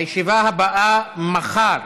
הישיבה הבאה תתקיים מחר,